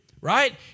right